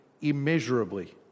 immeasurably